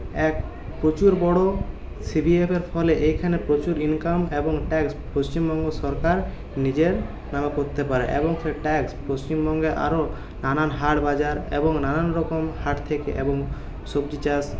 এক প্রচুর বড়ো সিভিএফের ফলে এইখানে প্রচুর ইনকাম এবং ট্যাক্স পশ্চিমবঙ্গ সরকার নিজের নামে করতে পারে এবং সে ট্যাক্স পশ্চিমবঙ্গে আরও নানান হাট বাজার এবং নানান রকম হাট থেকে এবং সবজি চাষ